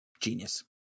genius